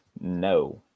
No